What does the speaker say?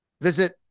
Visit